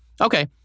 Okay